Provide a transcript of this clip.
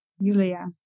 Yulia